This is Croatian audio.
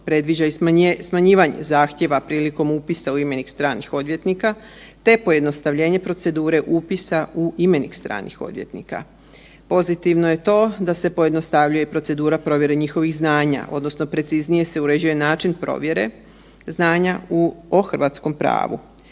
predviđa i smanjivanje zahtjeva prilikom upisa u imenik stranih odvjetnika, te pojednostavljenje procedure upisa u imenik stranih odvjetnika. Pozitivno je to da se pojednostavljuje procedura provjere njihovih znanja odnosno preciznije se uređuje način provjere znanja o hrvatskom pravu.